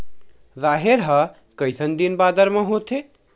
राहेर ह कइसन दिन बादर म होथे?